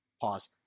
pause